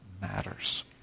matters